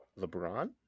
LeBron